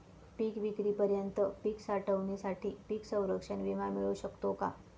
पिकविक्रीपर्यंत पीक साठवणीसाठी पीक संरक्षण विमा मिळू शकतो का?